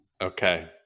Okay